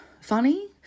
funny